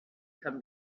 come